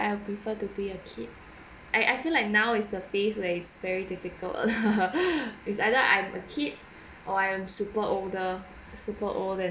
I prefer to be a kid I I feel like now is the phase where it's very difficult it's either I'm a kid or I am super older super old than